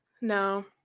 No